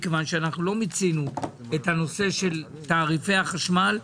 מכיוון שלא מיצינו את הנושא של תעריפי החשמל.